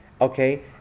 Okay